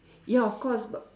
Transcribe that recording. ya of course but